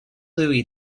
louie